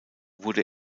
wurde